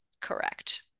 correct